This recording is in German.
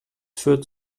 führt